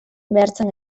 behartzen